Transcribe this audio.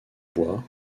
bois